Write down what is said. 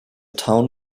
town